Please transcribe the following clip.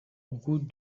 route